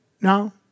Now